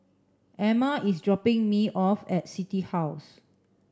Amma is dropping me off at City House